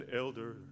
elder